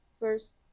first